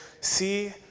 see